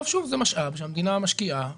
זה משאב שהמדינה משקיעה,